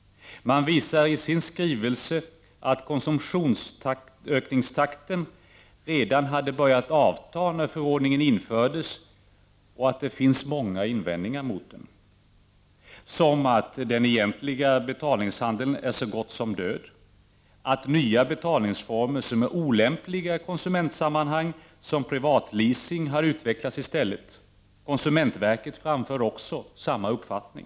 Den visar i sin skrivelse att konsumtionsökningstakten redan hade börjat avta när förordningen infördes och att det finns många invändningar mot den, t.ex. att den egentliga avbetalningshandeln är så gott som död och att nya betalningsformer som är olämpliga i konsumentsammanhang, t.ex. privatleasing, har utvecklats i stället. Konsumentverket framför samma uppfattning.